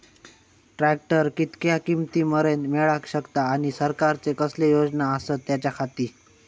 Tractor कितक्या किमती मरेन मेळाक शकता आनी सरकारचे कसले योजना आसत त्याच्याखाती?